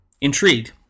Intrigued